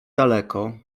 daleko